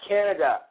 Canada